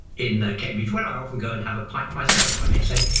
in cambridge, where i often go and have a pint myself, i may say.